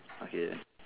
okay